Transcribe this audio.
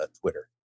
Twitter